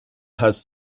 has